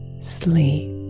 sleep